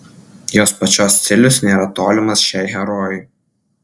jos pačios stilius nėra tolimas šiai herojai